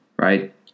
right